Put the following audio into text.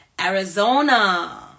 Arizona